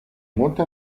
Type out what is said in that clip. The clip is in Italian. molte